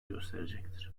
gösterecektir